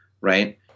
right